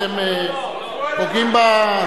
אתם פוגעים,